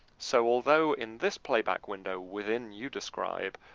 so although in this play-back window within youdescribe,